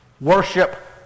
worship